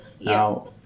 Now